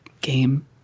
game